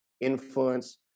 influence